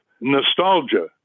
nostalgia